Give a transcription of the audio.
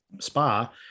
spa